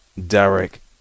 Derek